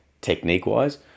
technique-wise